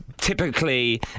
typically